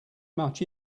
much